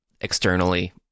externally